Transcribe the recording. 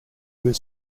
was